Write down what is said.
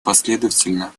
последовательно